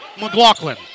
McLaughlin